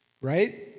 Right